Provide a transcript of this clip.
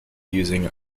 using